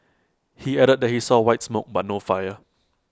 he added that he saw white smoke but no fire